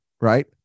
right